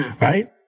right